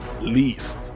least